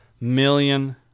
million